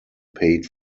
paid